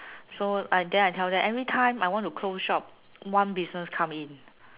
so I then I tell them everytime I want to close shop one business come in